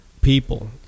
people